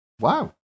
Wow